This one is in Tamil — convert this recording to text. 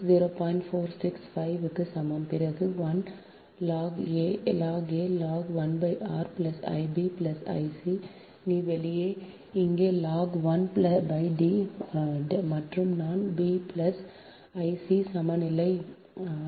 4605 க்கு சமம் பிறகு I a log 1 r I b I c நீ வெளியே நீங்கள் log 1 D மற்றும் நான் b I c சமநிலை நிலை